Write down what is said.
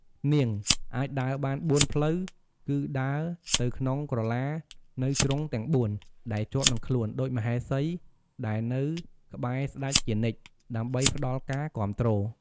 នាង អាចដើរបានបួនផ្លូវ គឺដើរទៅក្នុងក្រឡានៅជ្រុងទាំងបួនដែលជាប់នឹងខ្លួន ដូចមហេសីដែលនៅក្បែរស្តេចជានិច្ច ដើម្បីផ្តល់ការគាំទ្រ។